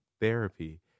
therapy